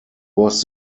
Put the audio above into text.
was